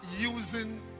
using